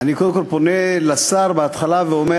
אני קודם כול פונה לשר ואומר,